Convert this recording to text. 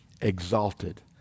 exalted